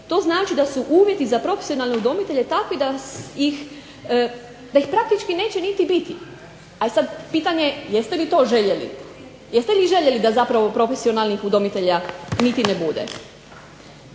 To znači da su uvjeti za profesionalne udomitelje takvi da ih praktički neće niti biti. Al je sad pitanje jeste vi to željeli? Jeste vi željeli da zapravo profesionalnih udomitelja niti ne bude?